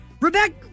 Rebecca